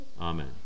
amen